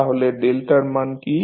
তাহলে ডেল্টার মান কী